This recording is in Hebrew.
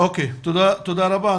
תודה רבה.